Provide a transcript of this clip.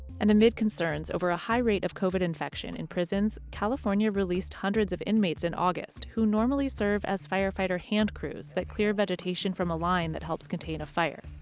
and amid concerns over a high rate of covid infection in prisons, california released hundreds of inmates in august who normally serve as firefighter hand crews that clear vegetation from a line that helps contain a fire.